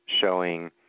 showing